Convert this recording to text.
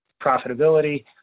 profitability